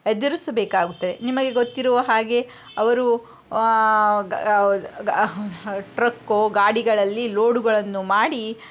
ಎದುರಿಸಬೇಕಾಗುತ್ತದೆ ನಿಮಗೆ ಗೊತ್ತಿರುವ ಹಾಗೆ ಅವರು ಟ್ರಕ್ಕೋ ಗಾಡಿಗಳಲ್ಲಿ ಲೋಡುಗಳನ್ನು ಮಾಡಿ